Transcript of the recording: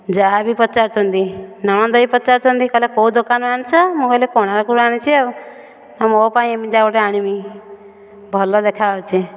ଯାଆ ବି ପଚାରୁଛନ୍ତି ନଣନ୍ଦ ବି ପଚାରୁଛନ୍ତି କହିଲେ କେଉଁ ଦୋକାନୁରୁ ଆଣିଛ ମୁଁ କହିଲି କୋଣାର୍କରୁ ଆଣିଛି ମୋ ପାଇଁ ଏମିତିଆ ଗୋଟେ ଆଣିବି ଭଲ ଦେଖାଯାଉଛି